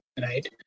right